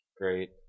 Great